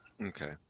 Okay